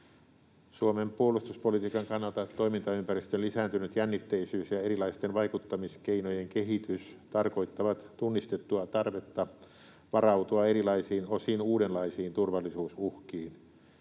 Suomen puolustuspolitiikan kannalta toimintaympäristön lisääntynyt jännitteisyys ja erilaisten vaikuttamiskeinojen kehitys tarkoittavat tunnistettua tarvetta varautua erilaisiin, osin uudenlaisiin turvallisuusuhkiin.